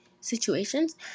situations